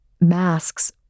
masks